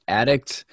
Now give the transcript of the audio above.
addict